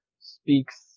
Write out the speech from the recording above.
speaks